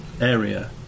area